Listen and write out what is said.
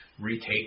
retake